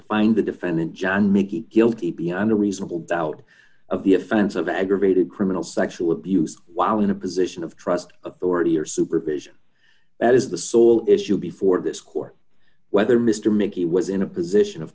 find the defendant john mckay guilty beyond a reasonable doubt of the offense of aggravated criminal sexual d abuse while in a position of trust authority or supervision that is the sole issue before this court whether mr mickey was in a position of